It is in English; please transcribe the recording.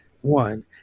One